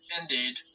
indeed